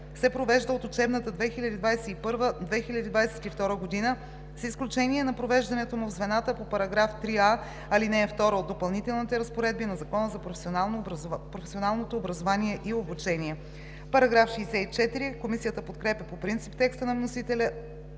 се провежда от учебната 2021/2022 година с изключение на провеждането му в звената по § 3а, ал. 2 от Допълнителните разпоредби на Закона за професионалното образование и обучение.“ Комисията подкрепя по принцип текста на вносителя